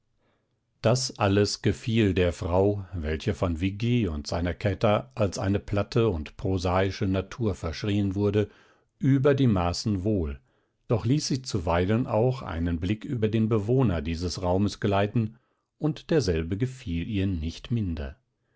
das alles gefiel der frau welche von viggi und seiner kätter als eine platte und prosaische natur verschrieen wurde über die maßen wohl doch ließ sie zuweilen auch einen blick über den bewohner dieses raumes gleiten und derselbe gefiel ihr nicht minder